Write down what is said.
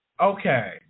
Okay